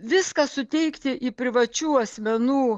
viską suteikti į privačių asmenų